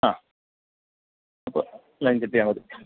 ആ അപ്പോൾ ലൈൻ കിട്ടിയാൽ മതി